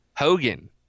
Hogan